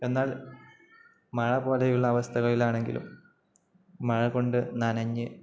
എന്നാൽ മഴ പോലെയുള്ള അവസ്ഥകളിലാണെങ്കിലും മഴ കൊണ്ടുനനഞ്ഞ്